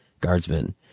guardsmen